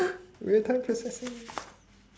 real time processing